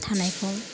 थानायखौ